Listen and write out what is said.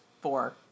four